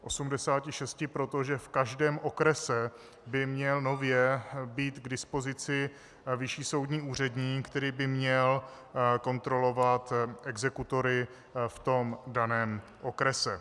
86 proto, že v každém okrese by měl nově být k dispozici vyšší soudní úředník, který by měl kontrolovat exekutory v daném okrese.